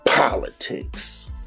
Politics